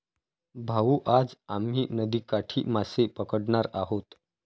भाऊ, आज आम्ही नदीकाठी मासे पकडणार आहोत